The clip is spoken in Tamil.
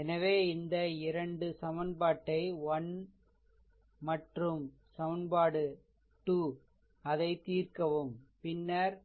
எனவே இந்த 2 சமன்பாட்டை 1 மற்றும் சமன்பாடு 2 அதைத் தீர்க்கவும் பின்னர்